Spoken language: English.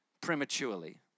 prematurely